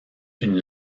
une